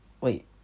Wait